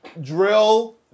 Drill